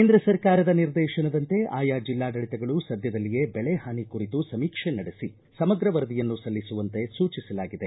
ಕೇಂದ್ರ ಸರ್ಕಾರದ ನಿರ್ದೇಶನದಂತೆ ಆಯಾ ಜಿಲ್ಲಾಡಳಿತಗಳು ಸದ್ಯದಲ್ಲಿಯೇ ಬೆಳೆ ಹಾನಿ ಕುರಿತು ಸಮೀಕ್ಷೆ ನಡೆಸಿ ಸಮಗ್ರ ವರದಿಯನ್ನು ಸಲ್ಲಿಸುವಂತೆ ಸೂಚಿಸಲಾಗಿದೆ